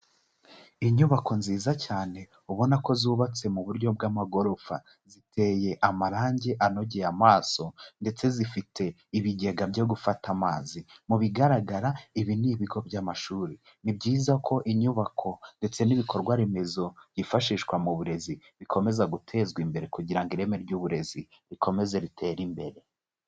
Inyubako nziza cyane ubona ko zubatse mu buryo bw'amagorofa, ziteye amarange anogeye amaso ndetse zifite ibigega byo gufata amazi, mu bigaragara ibi ni ibigo by'amashuri. Ni byiza ko inyubako ndetse n'ibikorwa remezo byifashishwa mu burezi bikomeza gutezwa imbere kugira ngo ireme ry'uburezi rikomeze ritere imbere.